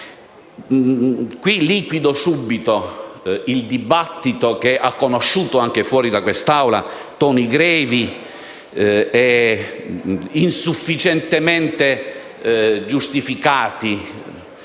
Liquido subito il dibattito che ha conosciuto anche fuori da quest'Assemblea toni grevi e insufficientemente giustificati